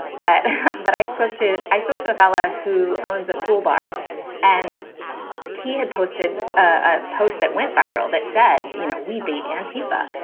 but that i spoke to i spoke to a fella who owns a pool bar and he had posted ah posts that went viral that said, you know, we beat antifa.